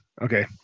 Okay